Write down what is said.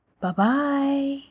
bye-bye